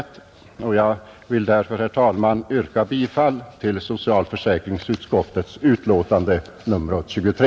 Jag vill därför, herr talman, yrka bifall till socialförsäkringsutskottets betänkande nr 23.